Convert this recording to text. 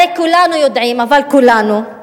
הרי כולנו יודעים, אבל כולנו,